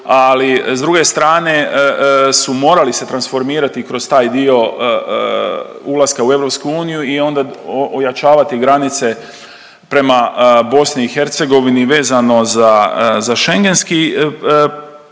Ali s druge strane su morali se transformirati kroz taj dio ulaska u EU i onda ojačavati granice prema BiH vezano za Schengenski prostor.